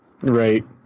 Right